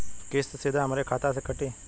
किस्त सीधा हमरे खाता से कटी?